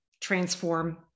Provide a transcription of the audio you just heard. transform